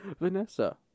Vanessa